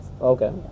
Okay